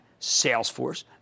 Salesforce